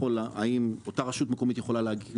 שקובעת האם אותה רשות מקומית יכולה להקים